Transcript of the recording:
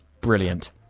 brilliant